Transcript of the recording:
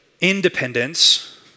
independence